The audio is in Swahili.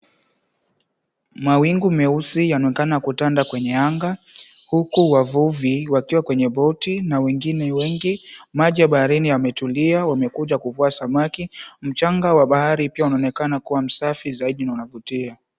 Mawingu meusi yanaonekana kutanda kwenye anga, huku wavuvi wakiwa kwenye boti na wengine wengi. Maji ya baharini yametulia, wamekuja kuvua samaki. Mchanga wa bahari pia unaonekana kuwa msafi zaidi na unavutia.